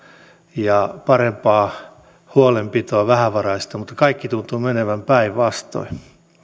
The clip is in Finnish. ja parempaa huolenpitoa vähävaraisista mutta kaikki tuntuu menevän päinvastoin